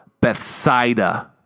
Bethsaida